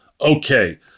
Okay